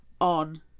on